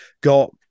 got